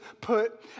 put